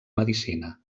medicina